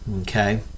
Okay